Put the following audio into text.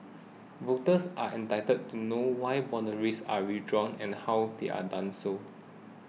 voters are entitled to know why boundaries are redrawn and how they are done so